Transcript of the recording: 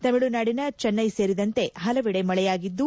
ತಮಿಳುನಾಡಿನ ಚೆನ್ನೈ ಸೇರಿದಂತೆ ಹಲವೆಡೆ ಮಳೆಯಾಗಿದ್ದು